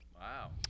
Wow